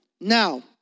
Now